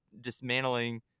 dismantling